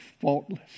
faultless